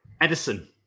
Edison